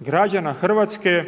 građana Hrvatske